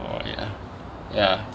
orh ya ya